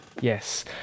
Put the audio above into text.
Yes